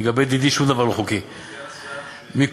לגבי דידי, שום דבר לא חוקי, אדוני סגן השר,